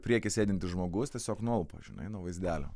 prieky sėdintis žmogus tiesiog nualpo žinai nuo vaizdelio